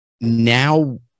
Now